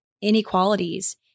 inequalities